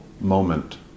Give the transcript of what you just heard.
moment